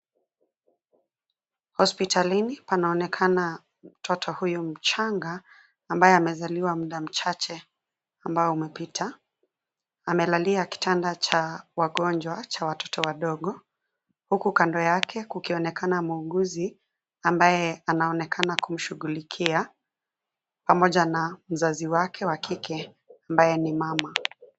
Hospitalini panaonekana, mtoto huyu mchanga, ambaye amezaliwa mda mchache, ambao umepita, amelalia kitanda cha wagonjwa cha watoto wadogo, huku kando yake kukionekana muuguzi, ambaye anaonekana kumshughulikia, pamoja na mzazi wake wa kike, ambaye ni mama.